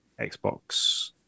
Xbox